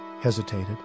hesitated